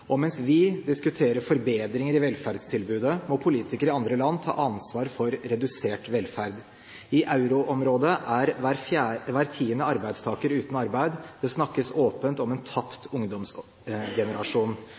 Og mens vi diskuterer forbedringer i velferdstilbudet, må politikere i andre land ta ansvar for redusert velferd. I euroområdet er hver tiende arbeidstaker uten arbeid, og det snakkes åpent om en